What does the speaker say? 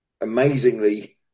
Amazingly